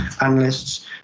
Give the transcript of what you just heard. analysts